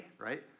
right